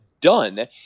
done